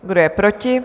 Kdo je proti?